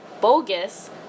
bogus